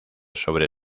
sobre